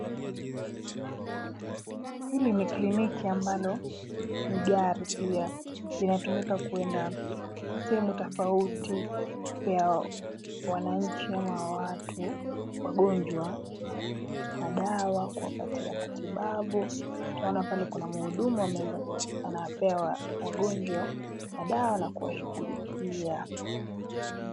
Hili ni kliniki ambalo ni gari pia. Linatumika kwenda sehemu tofauti kupea wananchi ama watu wagonjwa madawa kuwapatia matibabu. Tunaona pale kuna mhudumu anapea wagonjwa madawa na kuwashughulikia.